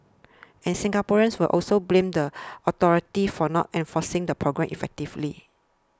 and Singaporeans will also blame the authorities for not enforcing the programme effectively